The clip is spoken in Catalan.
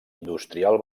industrial